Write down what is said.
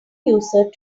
user